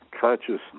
consciousness